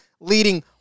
leading